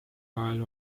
vahel